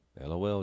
LOL